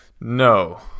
No